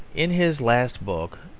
in his last book,